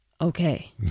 Okay